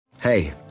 Hey